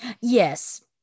Yes